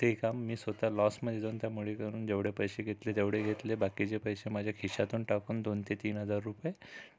ते काम मी स्वता लॉसमध्ये जाऊन त्या मुलीकडून जेवढे पैसे घेतले तेवढे घेतले बाकीचे पैसे माझ्या खिशातून टाकून दोन ते तीन हजार रुपये